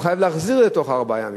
הוא חייב להחזיר תוך ארבעה ימים.